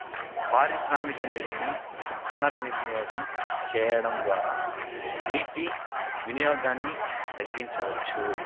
పారిశ్రామిక నీటిని పునర్వినియోగం చేయడం ద్వారా నీటి వినియోగాన్ని తగ్గించవచ్చు